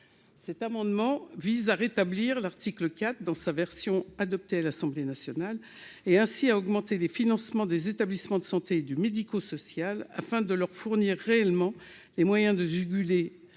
Cet amendement vise à rétablir l'article 4 dans sa version adoptée à l'Assemblée nationale et à augmenter les financements des établissements de santé et du médico-social, afin de leur fournir pleinement les moyens de juguler